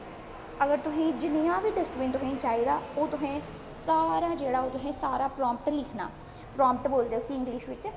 अगर तुसेंगी जनेहा बी डस्टबीन तुसेंगी चाहिदा ओह् तुसें सारा जेह्डा तुसेंगी सारा प्रापर लिखना प्रम्ट बोलदे उस्सी इंगलिश च